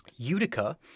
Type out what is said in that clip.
Utica